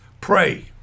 pray